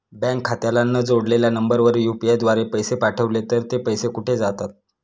Bank खात्याला न जोडलेल्या नंबरवर यु.पी.आय द्वारे पैसे पाठवले तर ते पैसे कुठे जातात?